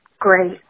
great